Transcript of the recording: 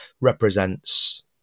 represents